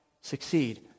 succeed